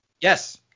Yes